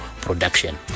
production